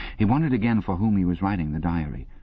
he wondered again for whom he was writing the diary.